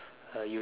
uh you